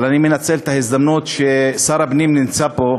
אבל אני מנצל את ההזדמנות ששר הפנים נמצא פה.